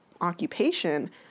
occupation